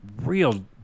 real